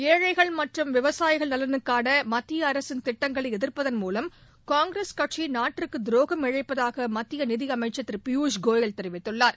ஏழைகள் மற்றும் விவசாயிகள் நலனுக்கான மத்திய அரசின் திட்டங்களை எதிர்ப்பதன் மூலம் காங்கிரஸ் கட்சி நாட்டிற்கு தரோகம் இழைப்பதாக மத்திய நிதியமைச்சர் திரு பியூஷ் கோயல் தெரிவித்துள்ளார்